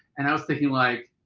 and i was thinking like,